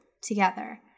together